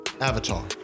avatar